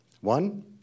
One